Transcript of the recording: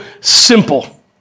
simple